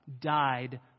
died